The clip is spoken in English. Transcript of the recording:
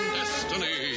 destiny